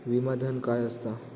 विमा धन काय असता?